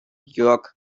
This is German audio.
jörg